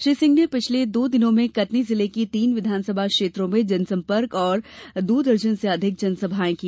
श्री सिंह ने पिछले दो दिनों में कटनी जिले की तीन विधानसभा क्षेत्रों में जनसंपर्क और दो दर्जन से अधिक जनसभाएं की